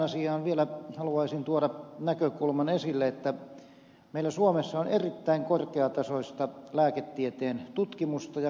tähän asiaan vielä haluaisin tuoda esille näkökulman että meillä suomessa on erittäin korkeatasoista lääketieteen tutkimusta ja huippuosaamista